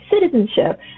citizenship